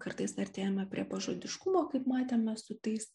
kartais artėjame prie pažodiškumo kaip matėme su tais